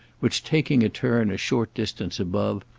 which, taking a turn a short distance above,